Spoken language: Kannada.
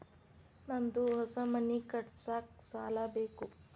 ನಂದು ಹೊಸ ಮನಿ ಕಟ್ಸಾಕ್ ಸಾಲ ಬೇಕು